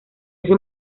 ese